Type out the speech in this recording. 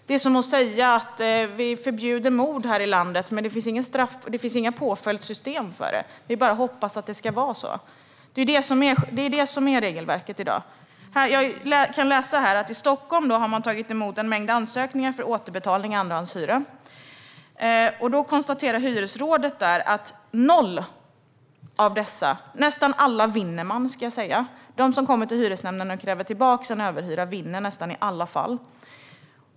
Det är som om vi skulle säga att vi förbjuder mord i landet, men det finns inga påföljdssystem. Vi bara hoppas att det ska vara så. Det är regelverket i dag. I artikeln framgår att hyresnämnden i Stockholm har tagit emot en mängd ansökningar om återbetalning av andrahandshyra. Hyresrådet konstaterar att nästan alla vinner. De som går till hyresnämnden och kräver tillbaka en överhyra vinner i nästan alla fall.